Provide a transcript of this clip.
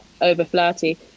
over-flirty